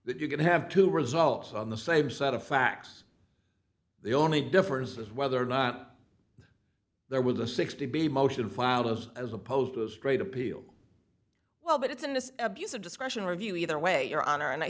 that you could have two results on the same set of facts the only difference is whether or not there was a sixty b motion filed just as opposed to a straight appeal well but it's an abuse of discretion review either way your honor and i